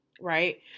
Right